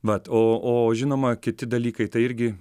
vat o o žinoma kiti dalykai tai irgi